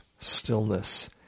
stillness